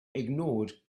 ignored